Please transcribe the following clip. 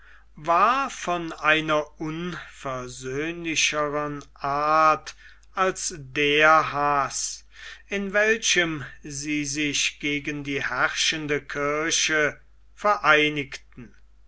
war von einer unversöhnlichern art als der haß in welchem sie sich gegen die herrschende kirche vereinigten